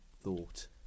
thought